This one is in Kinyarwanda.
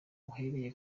uherereye